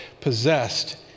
possessed